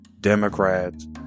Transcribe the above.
Democrats